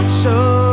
show